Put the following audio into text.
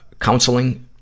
counseling